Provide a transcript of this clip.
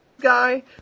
guy